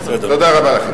תודה רבה.